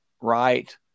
right